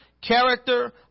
character